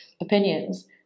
opinions